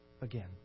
again